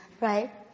right